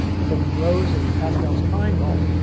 from rows of pascal's triangle,